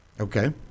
Okay